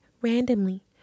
randomly